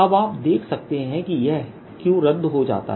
अब आप देख सकते हैं कि यह q रद्द हो जाता है